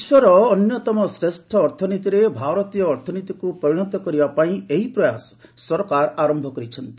ବିଶ୍ୱର ଅନ୍ୟତମ ଶ୍ରେଷ୍ଠ ଅର୍ଥନୀତିରେ ଭାରତୀୟ ଅର୍ଥନୀତିକୁ ପରିଣତ କରିବାପାଇଁ ଏହି ପ୍ରୟାସ ସରକାର ଆରମ୍ଭ କରିଛନ୍ତି